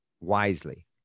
wisely